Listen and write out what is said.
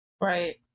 Right